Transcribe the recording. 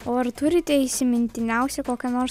o ar turite įsimintiniausią kokią nors